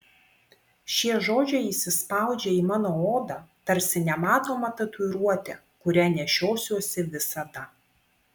šie žodžiai įsispaudžia į mano odą tarsi nematoma tatuiruotė kurią nešiosiuosi visada